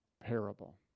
parable